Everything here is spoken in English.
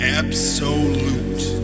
absolute